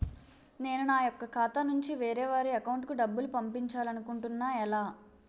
నేను నా యెక్క ఖాతా నుంచి వేరే వారి అకౌంట్ కు డబ్బులు పంపించాలనుకుంటున్నా ఎలా?